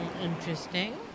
interesting